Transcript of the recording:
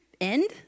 end